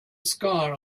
scar